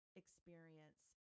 experience